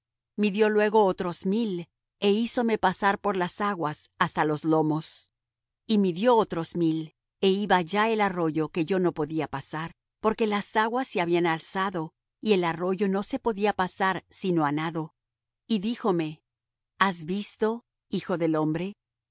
midió luego otros mil é hízome pasar por las aguas hasta los lomos y midió otros mil é iba ya el arroyo que yo no podía pasar porque las aguas se habían alzado y el arroyo no se podía pasar sino á nado y díjome has visto hijo del hombre